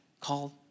called